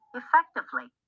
effectively